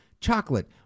chocolate